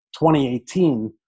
2018